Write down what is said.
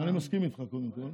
אני מסכים איתך, קודם כול.